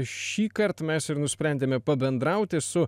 šįkart mes ir nusprendėme pabendrauti su